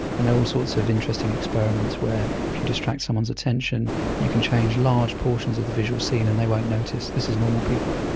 and there are all sorts of interesting experiments where if you distract someone's attention you can change large portions of the visual scene and they won't notice. this is normal people.